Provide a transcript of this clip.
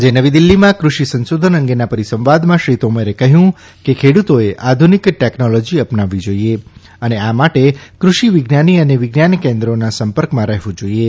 આજે નવી દિલ્હીમાં કૃશિ સંશોધન અંગેના પરિસંવાદમાં શ્રી તોમરે કહ્યું કે ખેડૂતોએ આધ્રનિક ટેકનોલોજી અપનાવવી જાઇએ અને આ માટે કૃષિવિજ્ઞાની અને વિજ્ઞાન કેન્દ્રોના સંપર્કમાં રહેવું જાઇએ